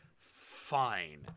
fine